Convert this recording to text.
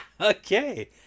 Okay